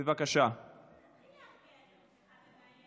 בבקשה, עשר דקות